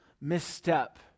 misstep